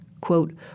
quote